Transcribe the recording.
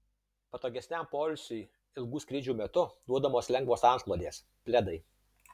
patogesniam poilsiui ilgų skrydžių metu duodamos lengvos antklodės pledai